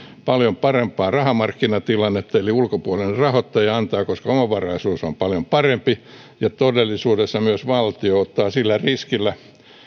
paljon parempaa rahamarkkinatilannetta eli ulkopuolinen rahoittaja antaa koska omavaraisuus on paljon parempi ja todellisuudessa myös valtio ottaa sillä riskillä